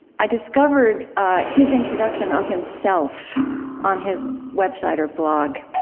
i discovered his introduction of himself on his website or blog.